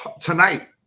tonight